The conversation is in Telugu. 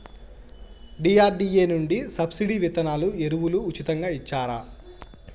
డి.ఆర్.డి.ఎ నుండి సబ్సిడి విత్తనాలు ఎరువులు ఉచితంగా ఇచ్చారా?